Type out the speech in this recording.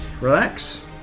relax